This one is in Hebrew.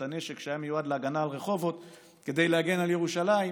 את הנשק שהיה מיועד להגנה על רחובות כדי להגן על ירושלים,